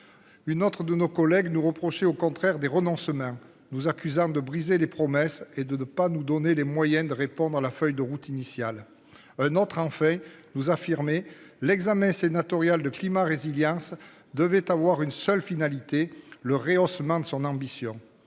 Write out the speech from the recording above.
Une autre de nos collègues nous reprocher au contraire des renoncements nous accusant de briser les promesses et de ne pas nous donner les moyens de répondre à la feuille de route initiale, un autre en fait nous infirmer l'examen sénatoriales de climat résilience devait avoir une seule finalité, le rehaussement de son ambition.